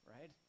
right